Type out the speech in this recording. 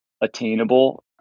attainable